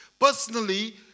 Personally